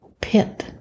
Pip